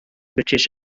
british